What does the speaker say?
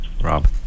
Rob